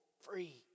free